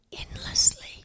endlessly